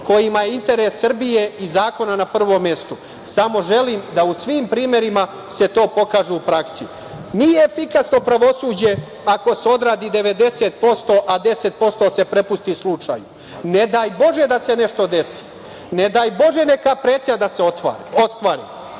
kojima je interes Srbije i zakona na prvom mestu, samo želim da se u svim primerima to pokaže u praksi. Nije efikasno pravosuđe ako se odradi 90%, a 10% se prepusti slučaju. Ne daj bože da se nešto desi, ne daj bože neka pretnja da se ostvari.